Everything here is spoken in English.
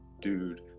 dude